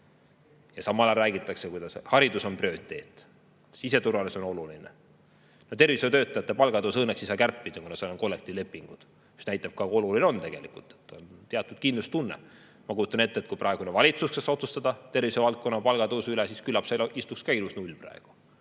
ajal räägitakse, kuidas haridus on prioriteet, siseturvalisus on oluline. Tervishoiutöötajate palgatõusu õnneks ei saa kärpida, kuna seal on kollektiivlepingud, mis näitab, kui oluline on tegelikult teatud kindlustunne. Ma kujutan ette, et kui praegune valitsus võiks otsustada tervisevaldkonna palgatõusu üle, siis küllap seal istuks ka ilus null praegu.